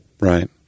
Right